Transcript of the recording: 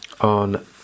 on